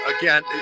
Again